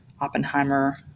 Oppenheimer